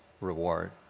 reward